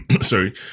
sorry